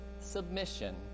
submission